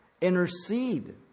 intercede